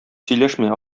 сөйләшмә